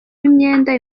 imyenda